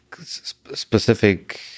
specific